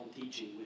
teaching